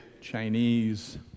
Chinese